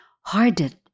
hardened